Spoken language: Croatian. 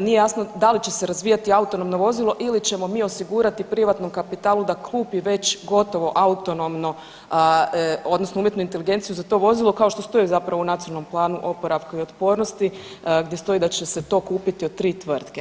nije jasno da li će se razvijati autonomno vozilo ili ćemo mi osigurati privatnom kapitalu da kupi već gotovo autonomno odnosno umjetnu inteligenciju za to vozilo kao što stoji zapravo u Nacionalnom planu oporavka i otpornosti gdje stoji da će se to kupiti od 3 tvrtke.